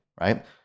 right